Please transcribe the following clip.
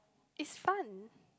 is fun